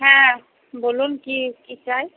হ্যাঁ বলুন কী কী চাই